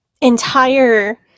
entire